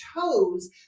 toes